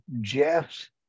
Jeff's